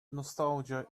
nostalgia